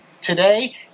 today